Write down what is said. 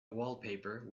wallpaper